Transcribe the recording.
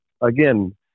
again